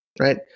right